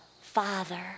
Father